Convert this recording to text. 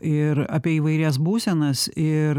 ir apie įvairias būsenas ir